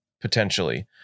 potentially